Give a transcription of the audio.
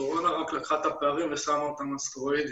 הקורונה רק לקחה את הפערים ושמה אותם על סטרואידים.